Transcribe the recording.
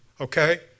okay